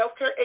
Healthcare